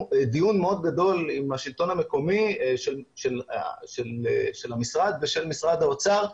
דיון מאוד גדול של המשרד ושל משרד האוצר,